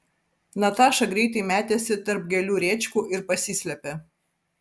nataša greitai metėsi tarp gėlių rėčkų ir pasislėpė